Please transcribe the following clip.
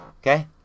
Okay